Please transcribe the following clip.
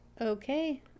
Okay